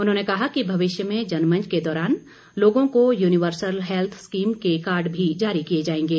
उन्होंने कहा कि भविष्य में जनमंच के दौरान लोगों को युनीवर्सल हैल्स स्कीम के कार्ड भी जारी किए जाएंगे